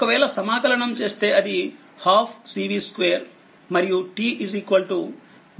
ఒకవేళ సమాకలనం చేస్తే అది12CV2మరియు t ఇన్ఫినిటీ నుండి t వరకు ఉంది